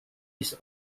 its